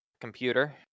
computer